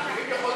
אחרים יכולים.